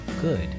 good